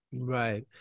Right